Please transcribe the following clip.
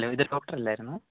ഇത് ഡോക്ടറല്ലായിരുന്നോ